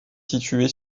située